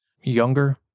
younger